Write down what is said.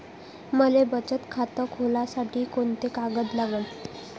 मले बचत खातं खोलासाठी कोंते कागद लागन?